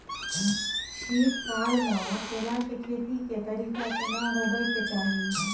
शीत काल म केला के खेती के तरीका केना होबय के चाही?